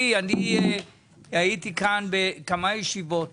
הייתי כאן בכמה ישיבות